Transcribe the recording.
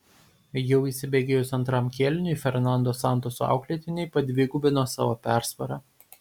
jau įsibėgėjus antram kėliniui fernando santoso auklėtiniai padvigubino savo persvarą